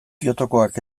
kyotokoak